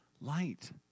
light